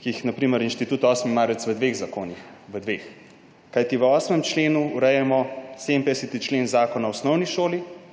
ki jih na primer Inštitut 8. marec v dveh zakonih, v dveh, kajti v 8. členu urejamo 57. člen Zakona o osnovni šoli,